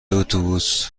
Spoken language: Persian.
اتوبوس